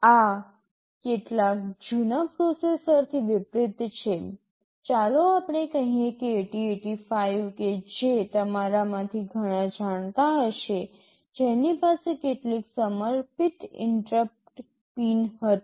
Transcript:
આ કેટલાક જૂના પ્રોસેસરોથી વિપરીત છે ચાલો આપણે કહીએ કે ૮૦૮૫ કે જે તમારામાંથી ઘણા જાણતા હશે જેની પાસે કેટલીક સમર્પિત ઇન્ટરપ્ટ પિન હતી